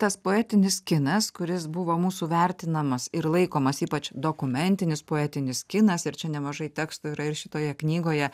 tas poetinis kinas kuris buvo mūsų vertinamas ir laikomas ypač dokumentinis poetinis kinas ir čia nemažai tekstų yra ir šitoje knygoje